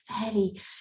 fairly